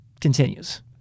continues